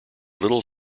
little